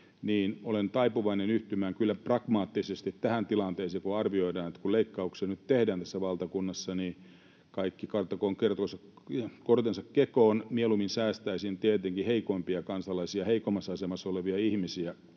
olen taipuvainen yhtymään kyllä pragmaattisesti tähän tilanteeseen, niin että kun arvioidaan, että leikkauksia nyt tehdään tässä valtakunnassa, niin kaikki kantakoot kortensa kekoon. Mieluummin säästäisin tietenkin heikoimpia kansalaisia, heikoimmassa asemassa olevia ihmisiä.